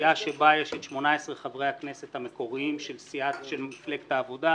סיעה שבה יש את 18 חברי הכנסת המקוריים של מפלגת העבודה,